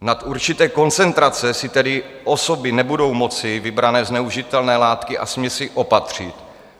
Nad určité koncentrace si tedy osoby nebudou moci vybrané zneužitelné látky a směsi opatřit